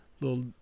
little